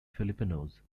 filipinos